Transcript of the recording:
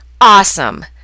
awesome